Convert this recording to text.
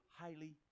highly